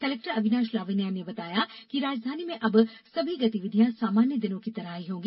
collector Avinash Lavania ने बताया कि राजघानी में अब समी गतिविधियां सामान्य दिनों की तरह ही होंगी